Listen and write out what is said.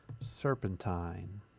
Serpentine